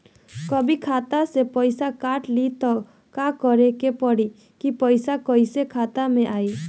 कभी खाता से पैसा काट लि त का करे के पड़ी कि पैसा कईसे खाता मे आई?